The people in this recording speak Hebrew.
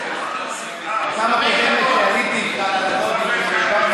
בפעם הקודמת שעליתי כאן על הפודיום דיברנו